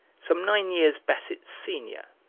some nine years basset's senior,